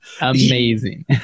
amazing